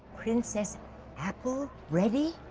princess apple ready?